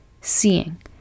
seeing